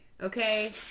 Okay